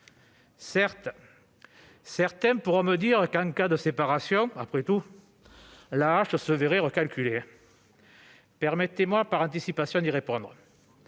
Certains pourront me dire qu'en cas de séparation, après tout, l'AAH sera recalculée. Permettez-moi, par anticipation, de leur répondre.